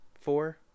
four